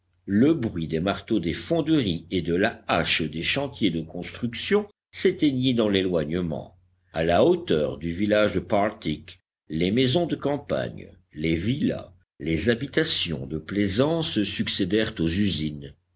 le bruit des marteaux des fonderies et de la hache des chantiers de construction s'éteignit dans l'éloignement a la hauteur du village de partick les maisons de campagne les villas les habitations de plaisance succédèrent aux usines